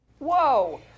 Whoa